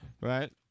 right